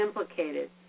implicated